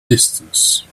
distance